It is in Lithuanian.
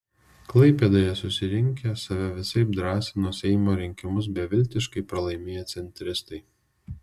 klaipėdoje susirinkę save visaip drąsino seimo rinkimus beviltiškai pralaimėję centristai